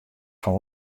fan